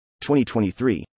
2023